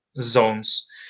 Zones